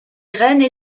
graines